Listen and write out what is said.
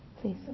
please